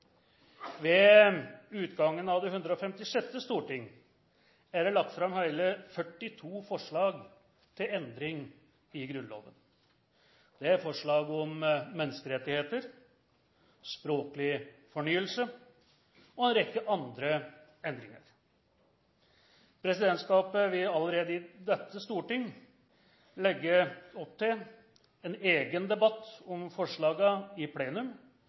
Ved utgangen av det 156. storting er det lagt fram hele 42 forslag til endring i Grunnloven. Det er forslag om menneskerettigheter, språklig fornyelse og en rekke andre endringer. Presidentskapet vil allerede i dette storting legge opp til en egen debatt om forslagene i plenum,